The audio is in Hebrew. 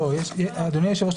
אדוני היושב-ראש,